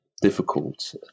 difficult